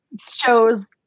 shows